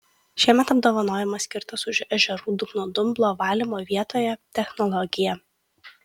šiemet apdovanojimas skirtas už ežerų dugno dumblo valymo vietoje technologiją